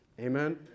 Amen